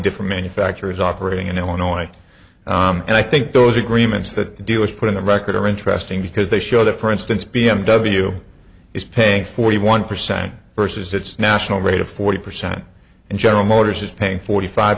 different manufacturers operating in illinois and i think those agreements that do is put in the record are interesting because they show that for instance b m w is paying forty one percent versus its national rate of forty percent and general motors is paying forty five